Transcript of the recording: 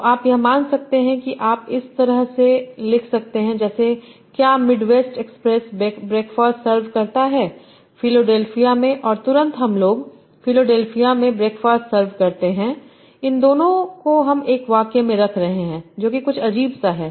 तो आप यह मान सकते हैं कि आप इस तरह से लिख सकते हैं जैसे क्या मिडवेस्ट एक्सप्रेस ब्रेकफास्ट सर्व करता है फिलडेल्फीआ में और तुरंत हम लोग Refer Time1848 फिलडेल्फिआ में ब्रेकफास्ट सर्व करते हैं इन दोनों को हम एक वाक़्य में रख रहे हैं जो की कुछ अजीब सा है